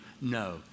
No